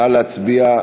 נא להצביע.